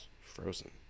Frozen